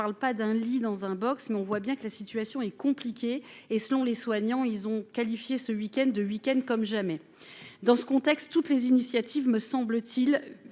et je parle pas d'un lit dans un box, mais on voit bien que la situation est compliquée et selon les soignants, ils ont qualifié ce week-end de week-comme jamais dans ce contexte, toutes les initiatives, me semble-t-il,